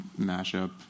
mashup